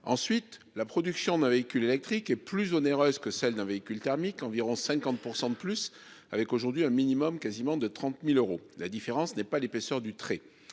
ensuite la production d'un véhicule électrique est plus onéreuse que celle d'un véhicule thermique environ 50% de plus avec aujourd'hui un minimum quasiment de 30.000 euros, la différence n'est pas l'épaisseur du trait,